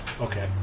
Okay